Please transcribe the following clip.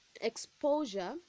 exposure